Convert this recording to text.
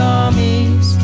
armies